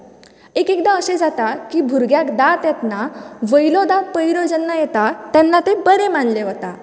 एक एकदां अशें जाता की भुरग्यांक दांत येतना वयलो दांत पयलो जेन्ना येता तेन्ना ते बरें मानले वयता